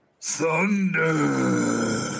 Thunder